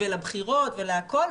לבחירות ולכול,